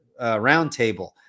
Roundtable